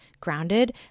grounded